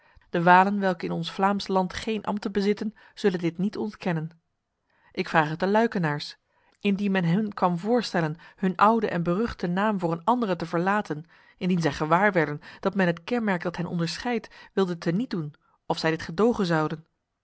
de walen welke in ons vlaams land geen ambten bezitten zullen dit niet ontkennen ik vraag het de luikenaars indien men hun kwam voorstellen hun oude en beruchte naam voor een andere te verlaten indien zij gewaar werden dat men het kenmerk dat hen onderscheidt wilde tenietdoen of zij dit gedogen zouden